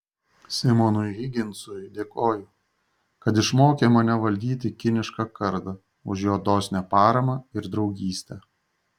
simonui higginsui dėkoju kad išmokė mane valdyti kinišką kardą už jo dosnią paramą ir draugystę